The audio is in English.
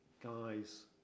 guys